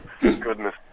Goodness